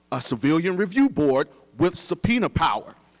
a civilian review board with subpoena power.